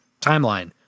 timeline